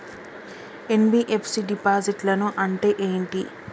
NBFC డిపాజిట్లను అంటే ఏంటి?